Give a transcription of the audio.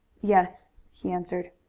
yes, he answered.